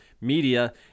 media